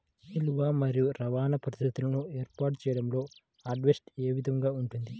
నిల్వ మరియు రవాణా పరిస్థితులను ఏర్పాటు చేయడంలో హార్వెస్ట్ ఏ విధముగా ఉంటుంది?